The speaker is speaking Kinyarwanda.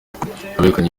abegukanye